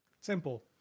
Simple